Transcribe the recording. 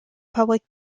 public